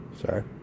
Sorry